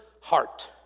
heart